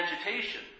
agitation